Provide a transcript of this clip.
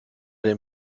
den